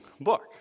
book